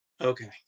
Okay